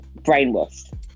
Brainwashed